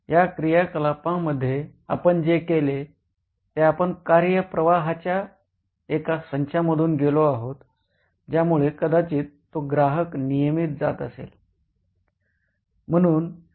या क्रियाकलापांमध्ये आपण जे केले ते आपण कार्य प्रवाहाच्या एका संचामधून गेलो आहोत ज्यामुळे कदाचित तो ग्राहक नियमित जात असेल